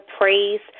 praise